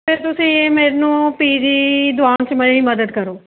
ਅਤੇ ਤੁਸੀਂ ਮੈਨੂੰ ਪੀ ਜੀ ਦਵਾਉਣ 'ਚ ਮੇਰੀ ਮਦਦ ਕਰੋ